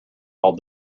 all